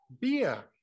Beer